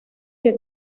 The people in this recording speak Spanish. que